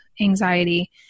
anxiety